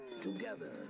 together